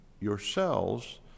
yourselves